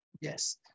Yes